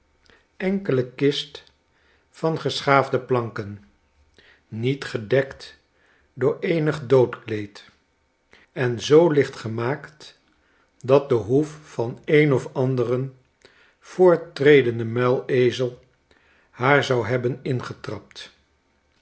enkele kist van geschaafde planken niet gedekt door eenig doodkleed en zoo licht gemaakt dat de hoef van een of anderen voorttredenden muilezel haar zou hebben